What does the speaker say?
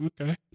Okay